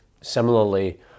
Similarly